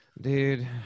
Dude